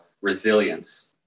resilience